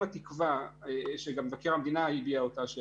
אם התקווה שגם מבקר המדינה הביע אותה,